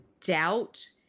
doubt